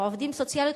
או עובדים סוציאליים,